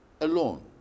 alone